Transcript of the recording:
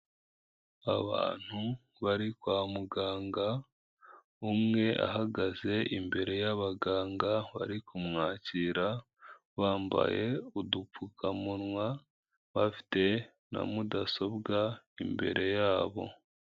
Abantu bari kwa muganga, umwe ahagaze imbere y'abaganga bari kumwakira, bambaye udupfukamunwa bafite na mudasobwa imbere yabo.